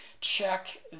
check